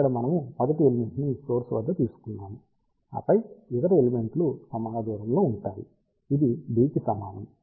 ఇక్కడ మనము మొదటి ఎలిమెంట్ ని సోర్స్ వద్ద తీసుకున్నాము ఆపై ఇతర ఎలిమెంట్ లు సమాన దూరములో ఉంటాయి ఇది d కి సమానం